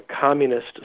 communist